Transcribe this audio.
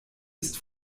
ist